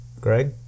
Greg